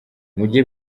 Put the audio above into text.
mujye